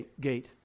gate